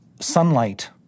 sunlight